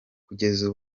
kugeza